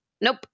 Nope